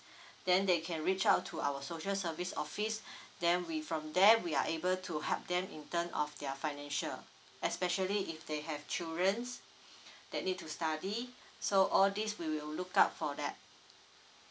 then they can reach out to our social service office then we from there we are able to help them in term of their financial especially if they have children that need to study so all these we will look out for that